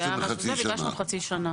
ביקשנו חצי שנה.